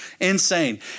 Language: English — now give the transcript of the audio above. Insane